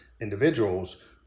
individuals